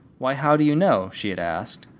why, how do you know? she had asked.